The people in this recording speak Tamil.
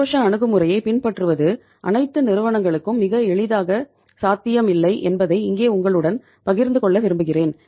ஆக்ரோஷ அணுகுமுறையைப் பின்பற்றுவது அனைத்து நிறுவனங்களுக்கும் மிக எளிதாக சாத்தியமில்லை என்பதை இங்கே உங்களுடன் பகிர்ந்து கொள்ள விரும்புகிறேன்